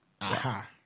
Aha